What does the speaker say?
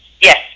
Yes